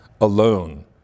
alone